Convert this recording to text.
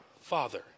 Father